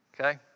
okay